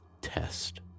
test